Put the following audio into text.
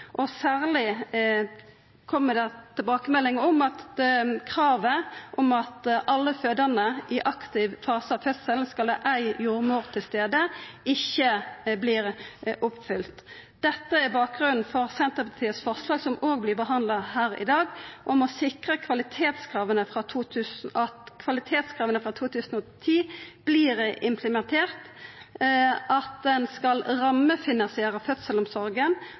og særleg kjem det tilbakemeldingar om at kravet om at alle fødande i aktiv fase av fødselen skal ha ei jordmor til stades, ikkje vert oppfylt. Dette er bakgrunnen for Senterpartiets forslag, som òg vert behandla her i dag, om å sikra at kvalitetskrava frå 2010 vert implementerte, at ein skal rammefinansiera